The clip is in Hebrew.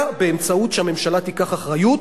שהממשלה תיקח אחריות,